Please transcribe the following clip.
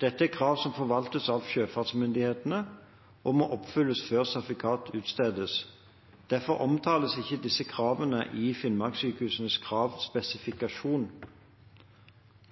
Dette er krav som forvaltes av sjøfartsmyndighetene, og som må oppfylles før sertifikat utstedes. Derfor omtales ikke disse kravene i Finnmarkssykehusets kravspesifikasjon.